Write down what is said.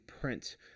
print